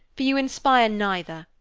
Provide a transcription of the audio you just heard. for you inspire neither.